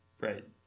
Right